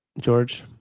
George